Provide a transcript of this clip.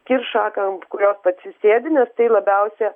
kirs šaką ant kurios pati sėdi nes tai labiausia